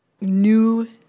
new